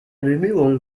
bemühungen